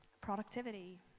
productivity